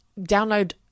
download